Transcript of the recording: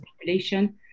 population